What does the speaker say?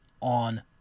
on